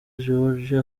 george